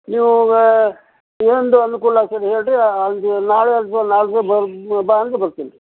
ನೀವುಗ ಎಂದು ಅನುಕೂಲ ಆಗ್ತದೆ ಹೇಳಿರಿ ಹಂಗೆ ನಾಳೆ ಅಥ್ವಾ ನಾಡಿದ್ದು ಬಂದು ಬಾ ಅಂದರೆ ಬರ್ತೀನಿ ರೀ